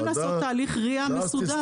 הם צריכים לעשות תהליך ריא מסודר.